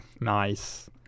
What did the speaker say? Nice